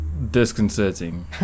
Disconcerting